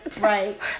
Right